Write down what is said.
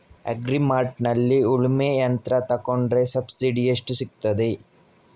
Agri ಮಾರ್ಟ್ನಲ್ಲಿ ಉಳ್ಮೆ ಯಂತ್ರ ತೆಕೊಂಡ್ರೆ ಸಬ್ಸಿಡಿ ಎಷ್ಟು ಸಿಕ್ತಾದೆ?